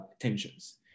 tensions